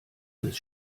des